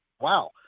Wow